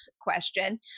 question